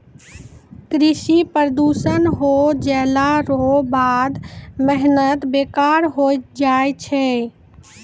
कृषि प्रदूषण हो जैला रो बाद मेहनत बेकार होय जाय छै